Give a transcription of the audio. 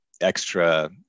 extra